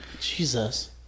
Jesus